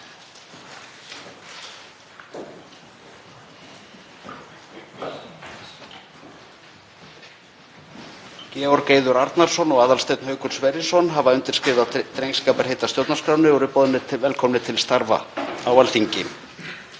Georg Eiður Arnarson og Aðalsteinn Haukur Sverrisson hafa undirskrifað drengskaparheit að stjórnarskránni og eru boðnir velkomnir til starfa á Alþingi.